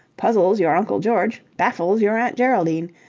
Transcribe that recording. puzzles your uncle george. baffles your aunt geraldine.